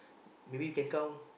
maybe you can count